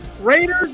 Raiders